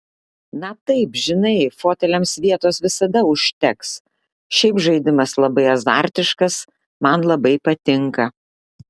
na taip žinai foteliams vietos visada užteks šiaip žaidimas labai azartiškas man labai patinka